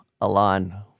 Alon